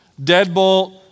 Deadbolt